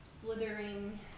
slithering